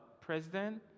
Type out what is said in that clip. president